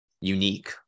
unique